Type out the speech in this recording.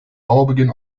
baubeginn